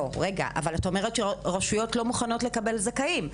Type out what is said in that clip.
אבל את אומרת שרשויות לא מוכנות לקבל זכאים.